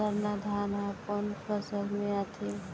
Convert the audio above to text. सरना धान ह कोन फसल में आथे?